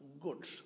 good